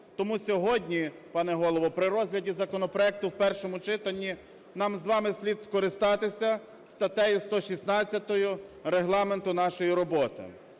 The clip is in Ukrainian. Тому сьогодні, пане Голово, при розгляді законопроекту в першому читані. Нам з вами слід скористатися статтею 116 Регламенту нашої роботи.